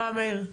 מה, מאיר?